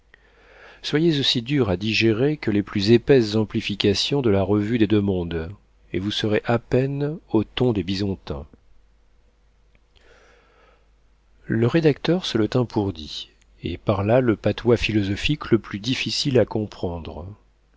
soyez aussi dur à digérer que les plus épaisses amplifications de la revue des deux mondes et vous serez à peine au ton des bisontins le rédacteur se le tint pour dit et parla le patois philosophique le plus difficile à comprendre